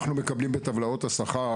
אנחנו מקבלים בטבלאות השכר,